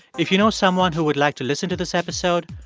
if you know someone who would like to listen to this episode,